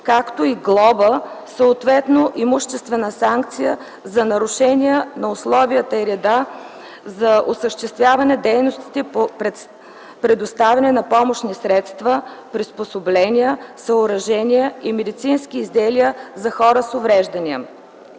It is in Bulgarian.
както и глоба, съответно имуществена санкция, за нарушения на условията и реда за осъществяване на дейностите по предоставяне на помощни средства, приспособления, съоръжения и медицински изделия за хора с увреждания.